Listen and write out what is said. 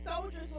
soldiers